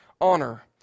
honor